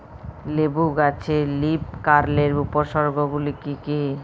লেবু গাছে লীফকার্লের উপসর্গ গুলি কি কী?